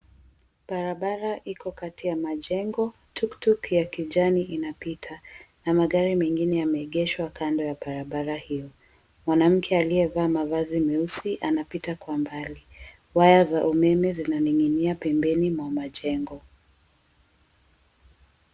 Barabara iko ndani ya majengo. Tuktuk ya kijani inapita na magari mengine yameegeshwa kando ya barabara hio. Mwanamke aliyevaa mavazi meusi anapita kwa mbali. Waya za umeme zinaning'inia pembeni mwa majengo.